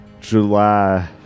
July